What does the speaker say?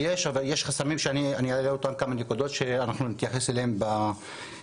יש חסמים שאני אעלה אותם בכמה נקודות שאנחנו נתייחס אליהם עכשיו.